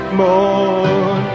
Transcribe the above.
morn